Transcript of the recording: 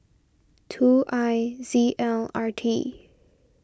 two I Z L R T